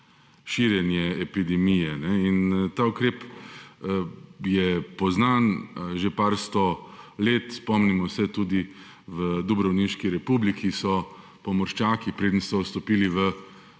širjenje epidemije. Ta ukrep je poznan že par sto let. Spomnimo se tudi v Dubrovniški republiki so pomorščaki, preden so stopili v